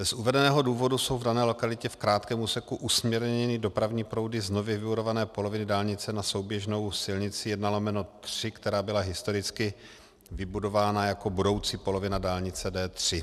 Z uvedeného důvodu jsou v dané lokalitě v krátkém úseku usměrněny dopravní proudy z nově vybudované poloviny dálnice na souběžnou silnici 1/3, která byla historicky vybudována jako budoucí polovina dálnice D3.